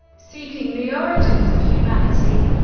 seeking the origins of humanity,